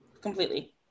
Completely